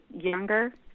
younger